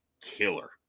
killer